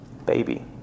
baby